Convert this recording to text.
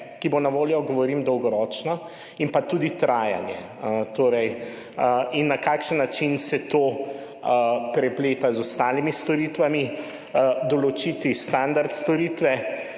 ki bo na voljo, govorim dolgoročno, in tudi trajanje. In na kakšen način se to prepleta z ostalimi storitvami, določiti standard storitve,